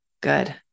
good